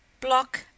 Block